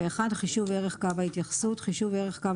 71.חישוב ערך קו ההתייחסות חישוב ערך קו